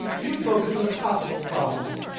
you focus on the possible problems,